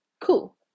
Cool